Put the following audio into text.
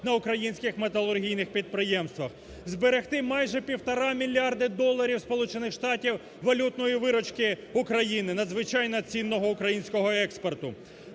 на українських металургійних підприємствах, зберегти майже півтора мільярда доларів Сполучених Штатів валютної виручки України надзвичайно цінного українського експорту.